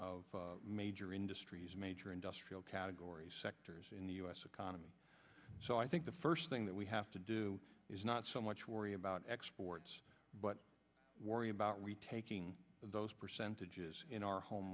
of major industries major industrial categories sectors in the us economy so i think the first thing that we have to do is not so much worry about exports but worry about retaking those percentages in our home